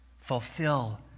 Fulfill